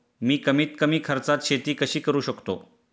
मी कमीत कमी खर्चात शेती कशी करू शकतो?